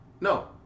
No